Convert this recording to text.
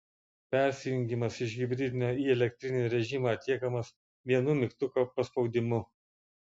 persijungimas iš hibridinio į elektrinį režimą atliekamas vienu mygtuko paspaudimu